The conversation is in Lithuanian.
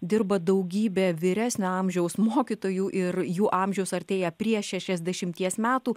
dirba daugybė vyresnio amžiaus mokytojų ir jų amžius artėja prie šešiasdešimties metų